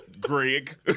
Greg